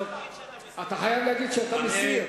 אתה חייב להגיד שאתה מסיר.